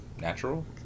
natural